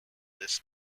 this